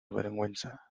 vergüenza